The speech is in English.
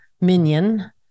minion